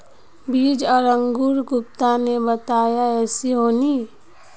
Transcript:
बीज आर अंकूर गुप्ता ने बताया ऐसी होनी?